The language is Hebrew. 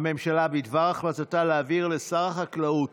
הממשלה בדבר החלטתה להעביר לשר החקלאות